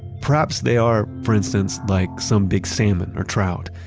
perhaps they are, for instance, like some big salmon, or trout.